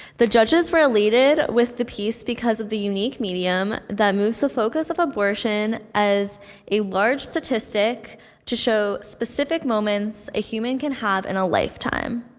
the judges were elated with the piece because of the unique medium that moves the focus of abortion as a large statistic to show specific moments a human can have in a lifetime.